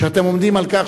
שאתם עומדים על כך